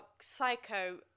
psycho